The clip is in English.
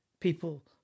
People